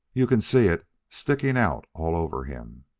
you can see it sticking out all over him.